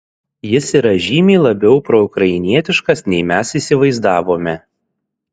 jis yra žymiai labiau proukrainietiškas nei mes įsivaizdavome